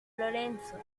lorenzo